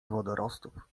wodorostów